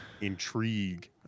intrigue